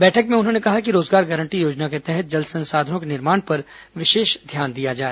बैठक में उन्होंने कहा कि रोजगार गारंटी योजना के तहत जल संसाधनों के निर्माण पर विशेष ध्यान दिया जाए